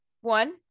One